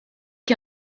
qui